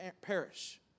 perish